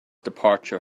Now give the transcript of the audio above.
departure